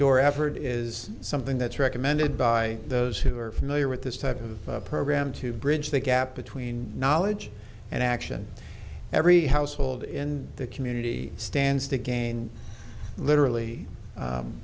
door effort is something that's recommended by those who are familiar with this type of program to bridge the gap between knowledge and action every household in the community stands to gain literally